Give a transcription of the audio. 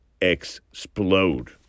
explode